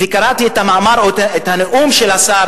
וקראתי את המאמר או את הנאום של השר